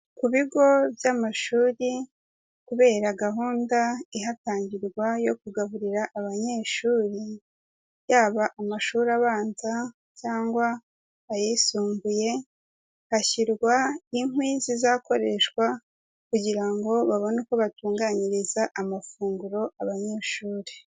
Ku bigo by'amashuri kubera gahunda ihatangirwa yo kugaburira abanyeshuri yaba amashuri abanza cyangwa ayisumbuye, hashyirwa inkwi zizakoreshwa kugira ngo babone uko batunganyiriza amafunguro abanyeshuri.